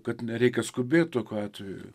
kad nereikia skubėt tokiu atveju